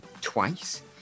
twice